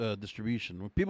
distribution